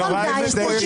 די, זה באמת מיותר.